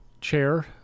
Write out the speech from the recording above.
chair